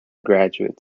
graduate